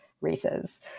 races